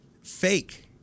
Fake